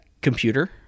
computer